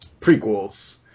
prequels